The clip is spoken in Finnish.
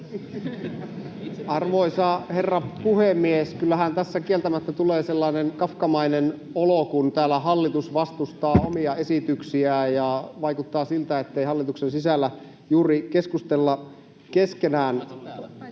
Arvoisa herra puhemies! Kyllähän tässä kieltämättä tulee sellainen kafkamainen olo, kun täällä hallitus vastustaa omia esityksiään ja vaikuttaa siltä, ettei hallituksen sisällä juuri keskustella keskenään.